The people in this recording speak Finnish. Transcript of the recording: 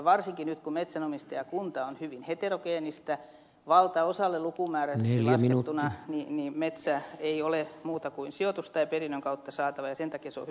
varsinkin nyt kun metsänomistajakunta on hyvin heterogeenistä valtaosalle lukumääräisesti laskettuna metsä ei ole muuta kuin sijoitus tai perinnön kautta saatava sen takia se on hyvin suuri asia